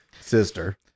sister